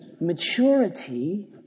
maturity